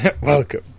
welcome